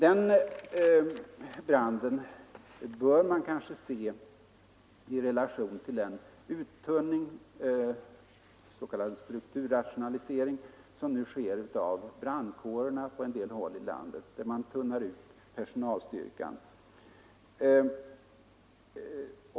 Den branden bör nog ses i relation till den uttunning eller strukturrationalisering som nu sker av brandkårerna på en del håll här i landet.